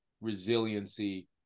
resiliency